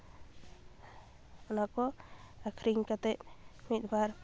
ᱚᱱᱟ ᱠᱚ ᱟᱹᱠᱷᱨᱤᱧ ᱠᱟᱛᱮ ᱢᱤᱫ ᱵᱟᱨ